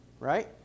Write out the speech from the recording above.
Right